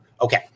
Okay